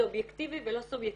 זה אובייקטיבי ולא סובייקטיבי.